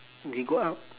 we go out